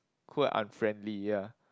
cold and unfriendly ya